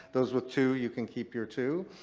those with two, you can keep your two